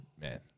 man